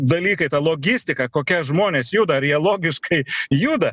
dalykai ta logistika kokie žmonės juda ar jie logiškai juda